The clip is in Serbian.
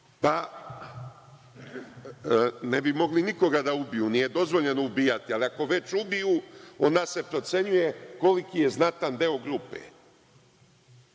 bi mogli nikoga da ubiju. Nije dozvoljeno ubijati. Ako već ubiju onda se procenjuje koliki je znatan deo grupe.